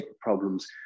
problems